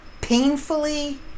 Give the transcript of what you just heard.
painfully